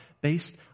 based